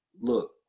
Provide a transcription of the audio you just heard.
look